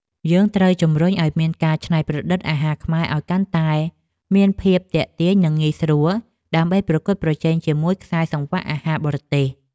យើងត្រូវជំរុញឲ្យមានការច្នៃប្រឌិតអាហារខ្មែរឲ្យកាន់តែមានភាពទាក់ទាញនិងងាយស្រួល ដើម្បីប្រកួតប្រជែងជាមួយខ្សែសង្វាក់អាហារបរទេស។